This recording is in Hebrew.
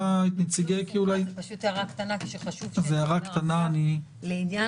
הערה קטנה שחשוב שתיאמר עכשיו לעניין